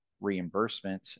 reimbursement